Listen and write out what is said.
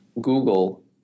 Google